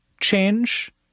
change